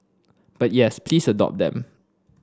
but yes please adopt them